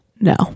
no